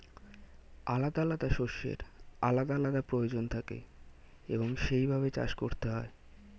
আলাদা আলাদা শস্যের আলাদা আলাদা প্রয়োজন থাকে এবং সেই ভাবে চাষ করতে হয়